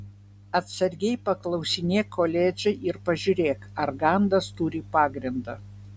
atsargiai paklausinėk koledže ir pažiūrėk ar gandas turi pagrindą